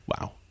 Wow